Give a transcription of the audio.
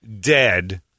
dead